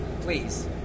Please